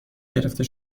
گرفته